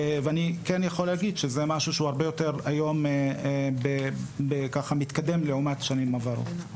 אני כן יכול להגיד שהיום זה משהו שהוא הרבה יותר מתקדם לעומת שנים עברו.